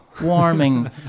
warming